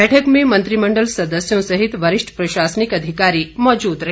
बैठक में मंत्रिमण्डल सदस्यों सहित वरिष्ठ प्रशासनिक अधिकारी मौजूद रहे